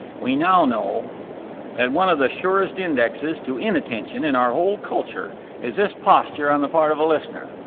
we now know that one of the surest indexes to inattention in our whole culture is this posture on the part of a listener.